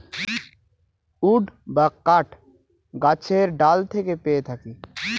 would বা কাঠ গাছের ডাল থেকে পেয়ে থাকি